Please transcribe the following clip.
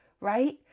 right